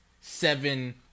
seven